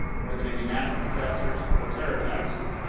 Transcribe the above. whether they be natural disasters or terror attacks,